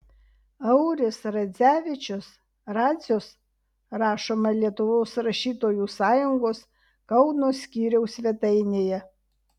auris radzevičius radzius rašoma lietuvos rašytojų sąjungos kauno skyriaus svetainėje